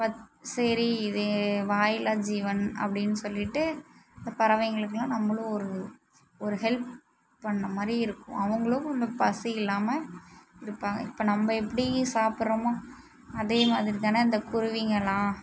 சரி இது வாயில்லா ஜீவன் அப்படின் சொல்லிவிட்டு பறவைங்களுக்குலாம் நம்பளும் ஒரு ஒரு ஹெல்ப் பண்ண மாதிரி இருக்கும் அவங்களும் இந்த பசி இல்லாமல் இருப்பாங்க இப்போ நம்ம எப்படி சாப்பிட்றமோ அதே மாதிரிதான அந்த குருவிங்கள்லாம்